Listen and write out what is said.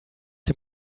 dem